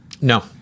No